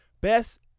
Best